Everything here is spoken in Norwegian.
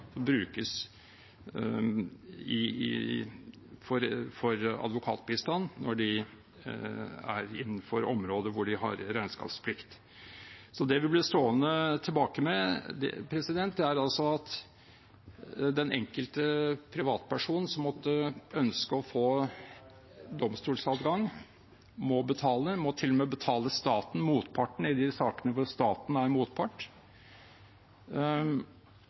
brukes, som advokatbistand, når de er innenfor området hvor de har regnskapsplikt. Det vi blir stående tilbake med, er at den enkelte privatperson som måtte ønske å få domstolsadgang, må betale – til og med betale motparten i de sakene hvor staten er motpart.